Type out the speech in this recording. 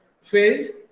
phase